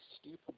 stupid